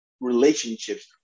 relationships